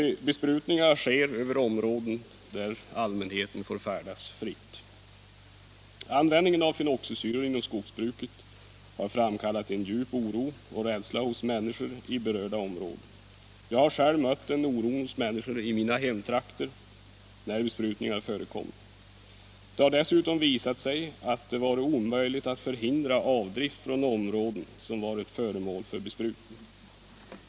Besprutningarna sker över områden där allmänheten får färdas fritt. Användningen av fenoxisyror inom skogsbruket har framkallat djup oro och rädsla hos människor i berörda områden. Jag har själv mött den oron hos människor i mina hemtrakter när besprutningar förekommer. Det har dessutom visat sig att det varit omöjligt att förhindra avdrift från områden som varit föremål för besprutning.